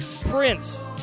Prince